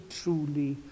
truly